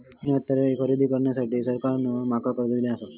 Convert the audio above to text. नईन हत्यारा खरेदी करुसाठी सरकारान माका कर्ज दिल्यानं आसा